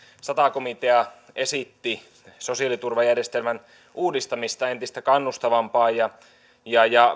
sata komitea esitti sosiaaliturvajärjestelmän uudistamista entistä kannustavampaan ja ja